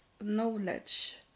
knowledge